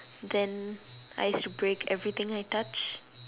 then I used to break everything I touch